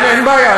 אין בעיה.